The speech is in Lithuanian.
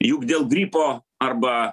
juk dėl gripo arba